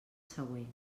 següent